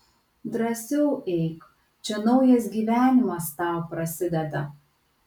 drąsiau eik čia naujas gyvenimas tau prasideda